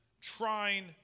trying